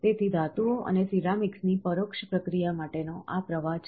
તેથી ધાતુઓ અને સિરામિક્સની પરોક્ષ પ્રક્રિયા માટેનો આ પ્રવાહ છે